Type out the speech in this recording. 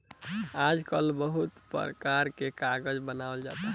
आजकल बहुते परकार के कागज बनावल जाता